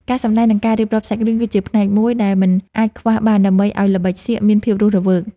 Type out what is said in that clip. ការសម្តែង និង ការរៀបរាប់សាច់រឿងគឺជាផ្នែកមួយដែលមិនអាចខ្វះបានដើម្បីឱ្យល្បិចសៀកមានភាពរស់រវើក។